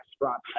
restaurant